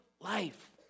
life